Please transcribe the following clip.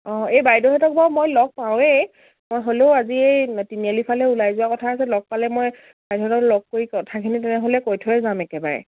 অঁ এই বাইদেহঁতক বাৰু মই লগ পাওঁৱেই মই হ'লেও আজি এই তিনিআলি ফালে ওলাই যোৱা কথা আছে লগ পালে মই বাইদেউহঁতক লগ কৰি কথাখিনি তেনেহ'লে কৈ থৈ যাম একেবাৰে